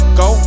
go